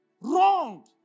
Wrong